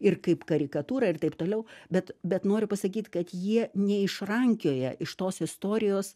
ir kaip karikatūrą ir taip toliau bet bet noriu pasakyt kad jie neišrankioja iš tos istorijos